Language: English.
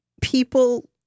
people